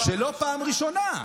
וזו לא הפעם הראשונה.